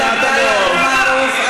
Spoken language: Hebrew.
חבר הכנסת אבו מערוף,